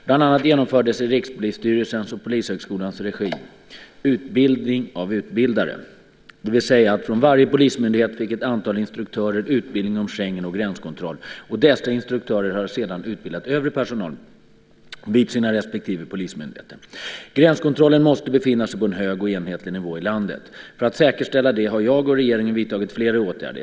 Bland annat genomfördes i Rikspolisstyrelsens och Polishögskolans regi "utbildning av utbildare", det vill säga att från varje polismyndighet fick ett antal instruktörer utbildning om Schengen och gränskontroll, och dessa instruktörer har sedan utbildat övrig personal vid sina respektive polismyndigheter. Gränskontrollen måste befinna sig på en hög och enhetlig nivå i landet. För att säkerställa det har jag och regeringen vidtagit flera åtgärder.